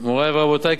מורי ורבותי,